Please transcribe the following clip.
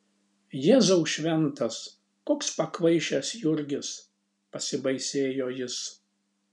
jėzau šventas koks pakvaišęs jurgis pasibaisėjo jis